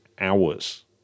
hours